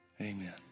Amen